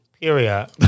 Period